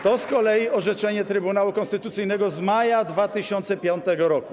To z kolei orzeczenie Trybunału Konstytucyjnego z maja 2005 r.